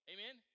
Amen